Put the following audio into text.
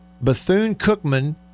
Bethune-Cookman